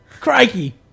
Crikey